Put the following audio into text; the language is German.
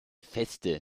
feste